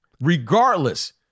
Regardless